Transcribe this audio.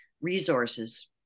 resources